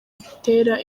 gutera